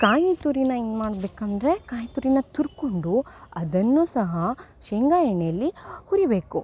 ಕಾಯಿ ತುರಿನ ಏನು ಮಾಡಬೇಕಂದ್ರೆ ಕಾಯಿತುರಿನ ತುರ್ಕೊಂಡು ಅದನ್ನು ಸಹ ಶೇಂಗಾ ಎಣ್ಣೆಲ್ಲಿ ಹುರಿಯಬೇಕು